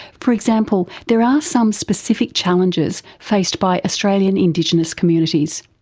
for example, there are some specific challenges faced by australian indigenous communities.